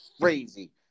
crazy